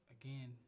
again